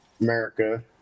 America